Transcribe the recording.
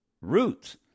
roots